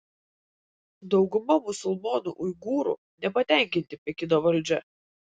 dauguma musulmonų uigūrų nepatenkinti pekino valdžia